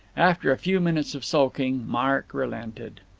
after a few minutes of sulking, mark relented.